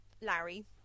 Larry